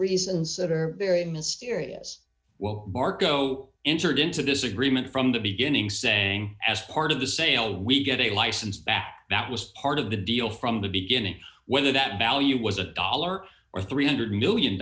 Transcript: reasons that are very mysterious well marco entered into this agreement from the beginning saying as part of the sale we get a license back that was part of the deal from the beginning whether that value was a dollar or three hundred million